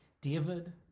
David